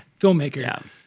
filmmaker